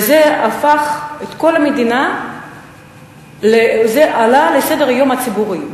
וזה הפך את כל המדינה וזה עלה לסדר-היום הציבורי.